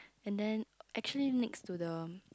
and then actually next to the